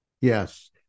Yes